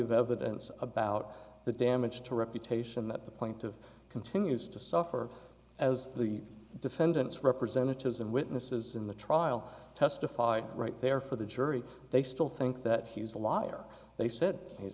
of evidence about the damage to reputation that the plaintiff continues to suffer as the defendants representatives and witnesses in the trial testified right there for the jury they still think that he's a liar they said he's